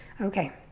Okay